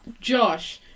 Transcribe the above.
Josh